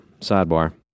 sidebar